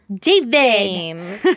David